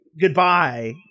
goodbye